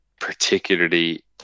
particularly